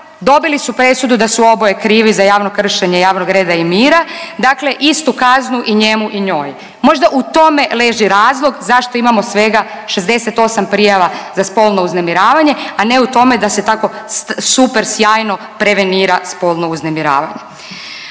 dobili su presudu da su oboje krivi za javno kršenje javnog reda i mira. Dakle, istu kaznu i njemu i njoj. Možda u tome leži razlog zašto imamo svega 68 prijava za spolno uznemiravanje, a ne u tome da se tako super sjajno prevenira spolno uznemiravanje.